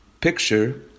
picture